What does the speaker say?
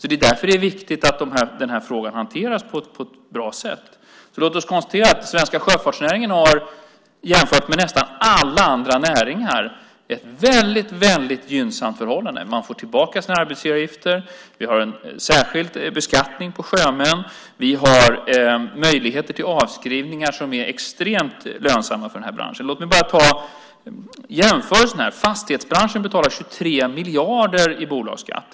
Det är därför som det är viktigt att denna fråga hanteras på ett bra sätt. Låt oss därför konstatera att den svenska sjöfartsnäringen jämfört med nästan alla andra näringar har väldigt gynnsamma förhållanden. Man får tillbaka sina arbetsgivaravgifter. Vi har en särskild beskattning av sjömän. Vi har möjligheter till avskrivningar som är extremt lönsamma för denna bransch. Jag ska göra en jämförelse. Fastighetsbranschen betalar 23 miljarder i bolagsskatt.